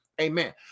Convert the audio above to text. Amen